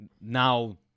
now